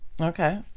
Okay